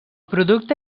producte